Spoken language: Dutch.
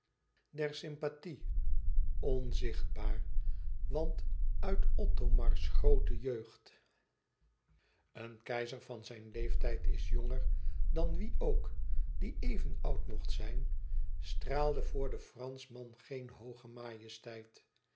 der sympathie onzichtbaar want uit othomars groote jeugd een keizer van zijn leeftijd is jonger dan wie ook die even oud mocht zijn straalde voor den franschman geen hooge majesteit